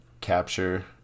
capture